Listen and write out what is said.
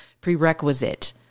prerequisite